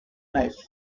knife